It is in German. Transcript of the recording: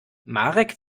marek